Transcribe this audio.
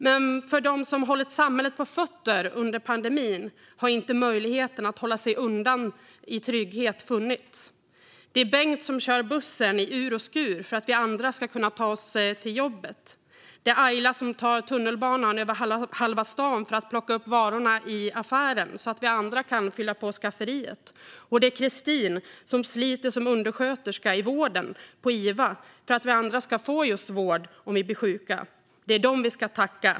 Men för dem som hållit samhället på fötter under pandemin har det inte funnits möjlighet att hålla sig undan i trygghet. Det är Bengt som kör bussen i ur och skur för att vi andra ska kunna ta oss till jobbet. Det är Ayla som tar tunnelbanan över halva stan för att plocka upp varorna i affären, så att vi andra kan fylla skafferiet. Det är Christine som sliter som undersköterska i vården, på iva, för att vi andra ska få just vård om vi blir sjuka. Det är dem vi ska tacka.